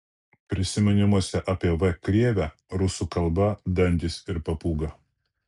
prisiminimuose apie v krėvę rusų kalba dantys ir papūga